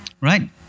right